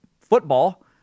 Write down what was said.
football